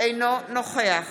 אינו נוכח